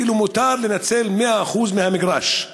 כאילו, מותר לנצל 100% מהמגרש,